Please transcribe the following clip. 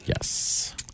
Yes